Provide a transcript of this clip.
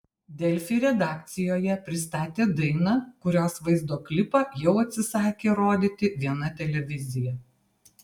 delfi redakcijoje pristatė dainą kurios vaizdo klipą jau atsisakė rodyti viena televizija